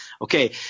Okay